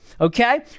Okay